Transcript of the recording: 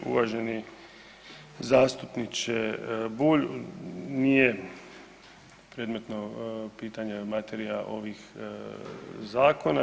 Uvaženi zastupniče Bulj, nije predmetno pitanje materija ovih zakona.